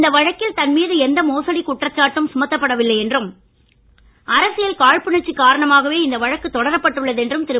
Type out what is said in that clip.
இந்த வழக்கில் தன் மீது எந்த மோசடிக் குற்றச்சாட்டும் சுமத்தப் படவில்லை என்றும் அரசியல் காழ்ப்புணர்ச்சி காரணமாகவே இந்த வழக்கு தொடரப்பட்டுள்ளது என்றும் திரு